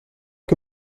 que